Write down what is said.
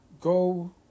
Go